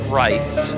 rice